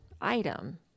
item